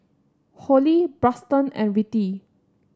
Holli Braxton and Rettie